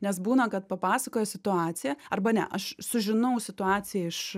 nes būna kad papasakoja situaciją arba ne aš sužinau situaciją iš